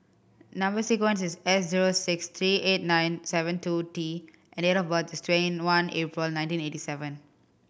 number sequence is S zero six three eight nine seven two T and date of birth is twenty one April nineteen eighty seven